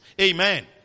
amen